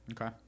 Okay